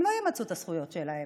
הן לא ימצו את הזכויות שלהן.